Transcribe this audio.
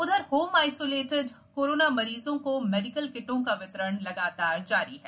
उधर home isolate corona मरीजों को मेडिकल किटों का वितरण लगातार जारी है